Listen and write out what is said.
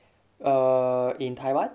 err in taiwan